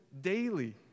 daily